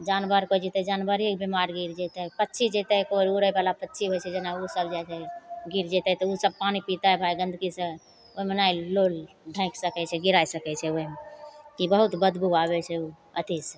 जानवर कोइ जएतै जानवरे ई कोइ बेमार गिर जएतै पक्षी जएतै कोइ उड़ैवला पक्षी होइ छै जेना ओसब जाइ छै गिर जएतै तऽ ओसब पानी पितै भाइ गन्दगीसे ओहिमे नहि लोल ढकि सकै छै गिरै सकै छै ओहिमे कि बहुत बदबू आबै छै ओ अथीसे